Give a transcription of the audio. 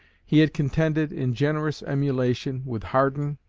he had contended, in generous emulation, with hardin,